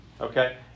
Okay